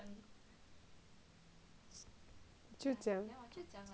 就讲就讲